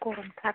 गरम थार